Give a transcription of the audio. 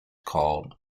called